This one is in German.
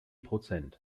prozent